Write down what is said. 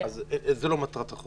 זו לא מטרת החוק.